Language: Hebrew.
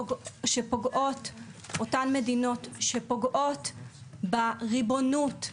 אותן מדינות שפוגעות בריבונות,